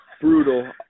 Brutal